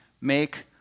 make